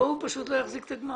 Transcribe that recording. כאן הוא פשוט לא יחזיק את הגמ"ח.